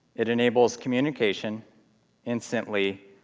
it enables communication instantly,